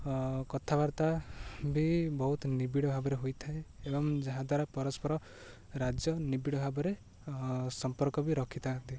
କଥାବାର୍ତ୍ତା ବି ବହୁତ ନିବିଡ଼ ଭାବରେ ହୋଇଥାଏ ଏବଂ ଯାହାଦ୍ୱାରା ପରସ୍ପର ରାଜ୍ୟ ନିବିଡ଼ ଭାବରେ ସମ୍ପର୍କ ବି ରଖିଥାନ୍ତି